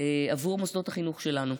עבור מוסדות החינוך שלנו.